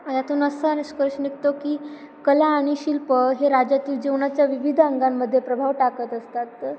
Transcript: यातून असा निष्कर्ष निघतो की कला आणि शिल्प हे राज्यातील जीवनाच्या विविध अंगांमध्ये प्रभाव टाकत असतात